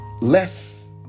less